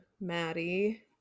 Maddie